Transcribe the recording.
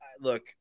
look